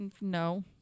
no